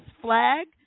flag